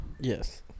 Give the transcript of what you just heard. yes